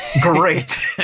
Great